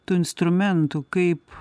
tų instrumentų kaip